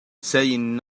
saying